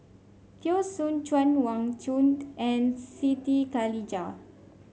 Teo Soon Chuan Wang Chunde and Siti Khalijah